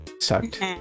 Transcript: Sucked